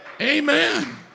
Amen